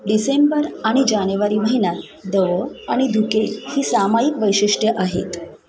डिसेंबर आणि जानेवारी महिन्यात दव आणि धुके ही सामायिक वैशिष्ट्य आहेत